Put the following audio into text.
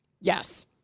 yes